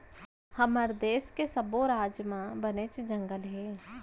हमर देस के सब्बो राज म बनेच जंगल हे